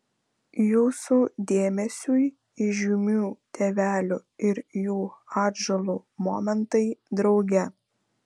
jūsų dėmesiui įžymių tėvelių ir jų atžalų momentai drauge